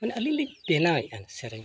ᱢᱟᱱᱮ ᱟᱹᱞᱤᱧ ᱞᱤᱧ ᱵᱮᱱᱟᱣᱮᱜᱼᱟ ᱥᱮᱨᱮᱧ